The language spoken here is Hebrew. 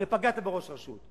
הרי פגעתם בראש רשות.